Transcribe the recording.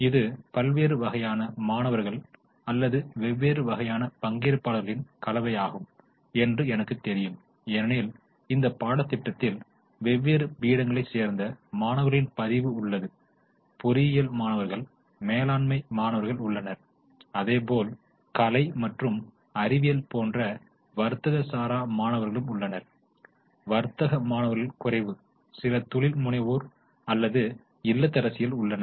இது பல்வேறு வகையான மாணவர்கள் அல்லது வெவ்வேறு வகையான பங்கேற்பாளர்களின் கலவையாகும் என்று எனக்குத் தெரியும் ஏனெனில் இந்த பாடத்திட்டத்தில் வெவ்வேறு பீடங்களை சேர்ந்த மாணவர்களின் பதிவு உள்ளது பொறியியல் மாணவர்கள் மேலாண்மை மாணவர்கள் உள்ளனர் அதேபோல் கலை அல்லது அறிவியல் போன்ற வர்த்தக சாரா மாணவர்கள் உள்ளனர் வர்த்தக மாணவர்களும் குறைவு சில தொழில் முனைவோர் அல்லது இல்லத்தரசிகள் உள்ளனர்